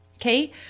Okay